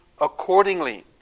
accordingly